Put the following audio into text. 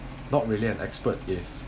not really an expert if